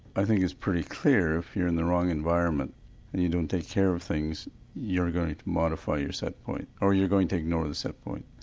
i think it's pretty clear if you're in the wrong environment and you don't take care of things you're going to modify your set point, or you're going to ignore the set point.